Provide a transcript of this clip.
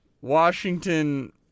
Washington